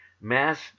mass